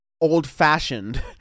old-fashioned